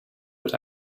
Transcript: with